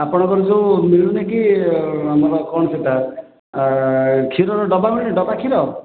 ଆପଣଙ୍କର ଯେଉଁ ମିଳୁନି କି ଆମର କଣ ସେଇଟା କ୍ଷୀର ର ଡ଼ବା ମିଳୁନି ଡ଼ବା କ୍ଷୀର